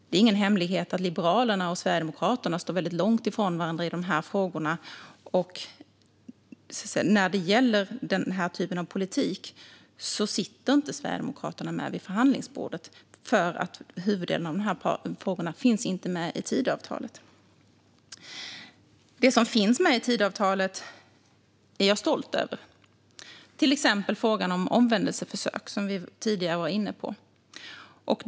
Det är ingen hemlighet att Liberalerna och Sverigedemokraterna står väldigt långt ifrån varandra i dessa frågor. Och när det gäller denna typ av politik sitter Sverigedemokraterna inte med vid förhandlingsbordet eftersom huvuddelen av dessa frågor inte finns med i Tidöavtalet. Det som finns med i Tidöavtalet är jag stolt över. Det gäller till exempel frågan om omvändelseförsök, som vi tidigare var inne på.